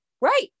right